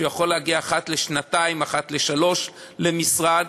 שהוא יכול להגיע אחת לשנתיים, אחת לשלוש, למשרד,